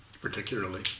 particularly